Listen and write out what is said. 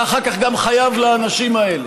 ואחר כך גם חייב לאנשים האלה,